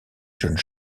jeunes